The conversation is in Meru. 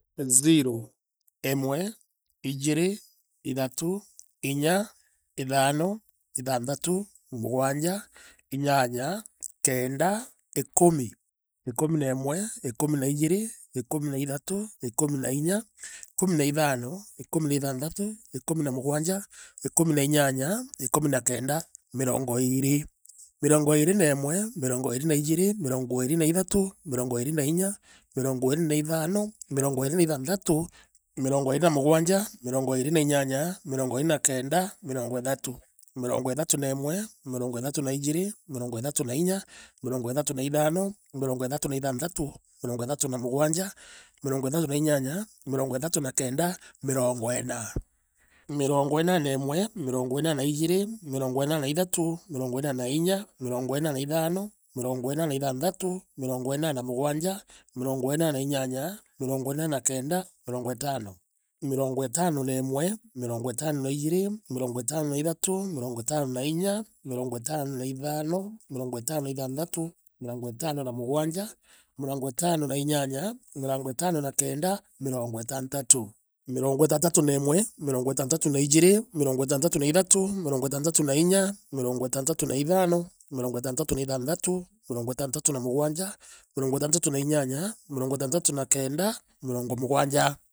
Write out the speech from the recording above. Zero, imwe, ijiiri, ithatu, inya, ithano, ithanthatu. mugwanja, inyanya, kenda, ikumi, ikumi na imwe, ikumi na imwe,, ikumi na ijiiri,, ikumi na ithatu, ikumi na inya, ikumi na ithano, ikumi na ithanthatu, ikumi na mugwanja, ikumi na inyanya, ikumi na kenda, mirongo iiri, mirongo iiri na imwe. mirongo iiri na iijiri. mirongo iiri na ithatu, mirongo iiri na inya. mirongo iiri na ithano, mirongo iiri na ithanthatu. mirongo iiri na mugwanja. mirongo iiri na inyanya. mirongo iiri na kenda, mirongo ithatu, mirongo ithatu na iimwe, mirongo ithatu na iijiri, mirongo ithatu na ithatu,, mirongo ithatu na inya, mirongo ithatu na ithano, mirongo ithatu na ithanthatu, mirongo ithatu na mugwanja, mirongo ithatu na inyanya, mirongo ithatu na kenda, mirongo inna. mirongo inna na imwe, mirongo inna na iijri. mirongo inna na ithatu, mirongo inna na inya. mirongo inna na ithano. mirongo inna na ithanthatu. mirongo inna na mugwanja. mirongo inna na inyanya. mirongo inna na kenda. mirongo itano, mirongo itano na imwe,, mirongo itano na iijiri,, mirongo itano na ithatu,, mirongo itano na inya, mirongo itano na ithano. mirongo itano na ithanthatu. mirongo itano na mugwanja. mirongo itano na inyanya. mirongo itano na kenda. mirongo itantatu, mirongo itantatu na imwe. mirongo itantatu na iijirimirongo itantatu na ithatu. mirongo itantatu na inya. mirongo itantatu na ithano, mirongo itantatu na ithanthatu mirongo itantatu na mugwanja. mirongo itantatu na inyanya. mirongo itantatu na kenda, mirongo mugwanja.